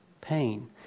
pain